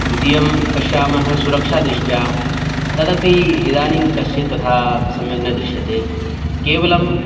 द्वितीयं पश्यामः सुरक्षादृष्ट्या तदपि इदानीङ्कश्चित् सम्यक् न दृश्यते केवलं